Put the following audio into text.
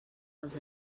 als